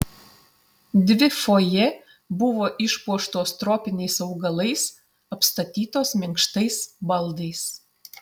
dvi fojė buvo išpuoštos tropiniais augalais apstatytos minkštais baldais